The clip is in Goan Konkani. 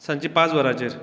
सांजची पांच वरांचेर